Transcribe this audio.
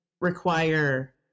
require